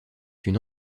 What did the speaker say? une